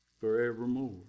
forevermore